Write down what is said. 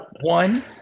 One